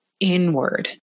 inward